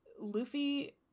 Luffy